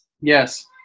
yes